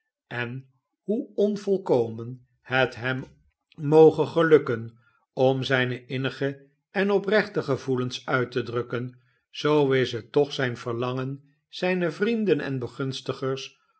en hoe onvolkomen het hem moge gelukken om zijne innige en oprechte gevoelens uit te drukken zoo is het toch zijn verlangen zijne vrienden en begunstigers